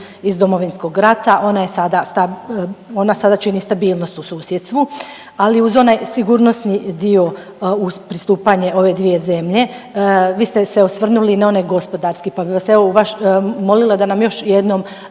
iz Domovinskog rata, ona je sada, ona sada čini stabilnost u susjedstvu, ali uz onaj sigurnosni dio uz pristupanje ove dvije zemlje, vi ste se osvrnuli na onaj gospodarski, pa bi vas evo molila da nam još jednom